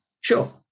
Sure